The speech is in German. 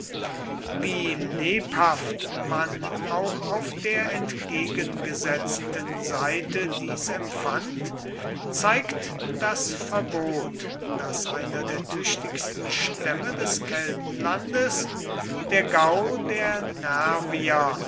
wie lebhaft man auch auf der entgegengesetzten seite dies empfand zeigt das verbot das einer der tüchtigsten stämme des keltenlandes der gau der